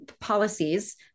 policies